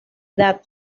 edad